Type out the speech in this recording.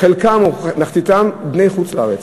חלקם או מחציתם בני חוץ-לארץ.